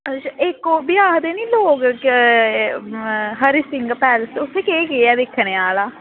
अच्छा इक उब्बी आखदे नी लोग हरी सिंह पैलेस उत्थै केह् केह् ऐ दिक्खने आह्ला